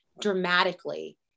dramatically